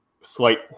slight